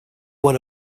one